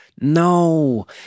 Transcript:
No